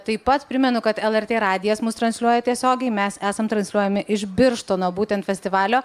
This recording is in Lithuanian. taip pat primenu kad lrt radijas mus transliuoja tiesiogiai mes esam transliuojami iš birštono būtent festivalio